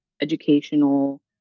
educational